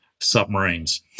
submarines